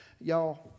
Y'all